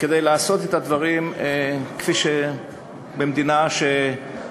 כדי לעשות את הדברים כראוי למדינה מתוקנת.